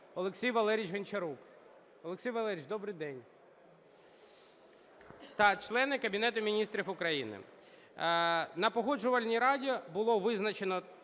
Олексій Валерійович Гончарук (Олексію Валерійовичу, добрий день!) та члени Кабінету Міністрів України. На Погоджувальній раді було визначену